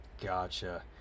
Gotcha